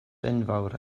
enfawr